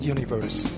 Universe